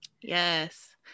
Yes